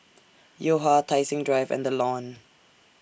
Yo Ha Tai Seng Drive and The Lawn